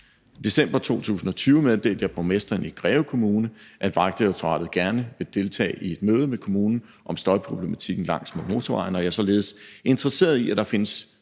I december 2020 meddelte jeg borgmesteren i Greve Kommune, at Vejdirektoratet gerne vil deltage i et møde med kommunen om støjproblematikken langs med motorvejen, og jeg er således interesseret i, at der findes